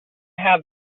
had